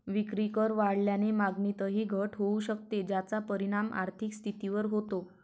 विक्रीकर वाढल्याने मागणीतही घट होऊ शकते, ज्याचा परिणाम आर्थिक स्थितीवर होतो